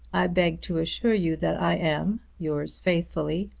i beg to assure you that i am, yours faithfully,